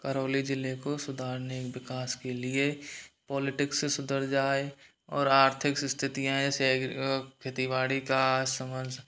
करौली ज़िले को सुधारने विकास के लिए पॉलिटिक्स से सुधर जाए और आर्थिक स्थितियाँ जैसे खेती बाड़ी का